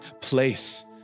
place